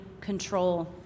control